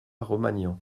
romagnan